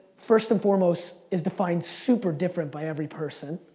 first and foremost, is defined super different by every person.